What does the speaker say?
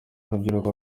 urubyiruko